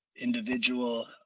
individual